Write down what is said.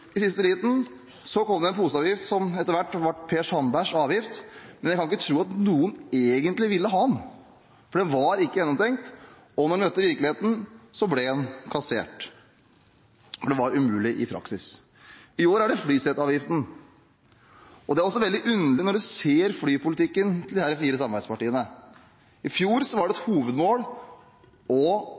I siste liten i fjor kom det en poseavgift som etter hvert ble Per Sandbergs avgift, men jeg kan ikke tro at noen egentlig ville ha den. Dette var ikke gjennomtenkt, og når man møtte virkeligheten, ble den kassert, for det var i praksis umulig å gjennomføre. I år er det flyseteavgiften. Dette er også veldig underlig – når man ser flypolitikken til disse fire samarbeidspartiene. I fjor var det et hovedmål